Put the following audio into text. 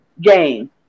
game